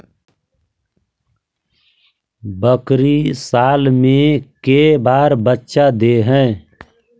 बकरी साल मे के बार बच्चा दे है?